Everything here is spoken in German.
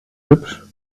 hübsch